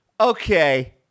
Okay